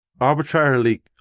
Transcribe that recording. arbitrarily